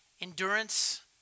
Endurance